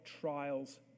trials